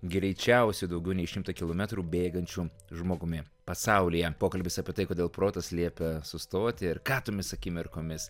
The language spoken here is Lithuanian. greičiausiu daugiau nei šimtą kilometrų bėgančiu žmogumi pasaulyje pokalbis apie tai kodėl protas liepia sustoti ir ką tomis akimirkomis